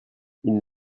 une